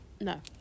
No